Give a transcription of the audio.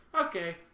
okay